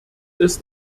ist